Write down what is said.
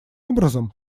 образом